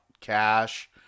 cash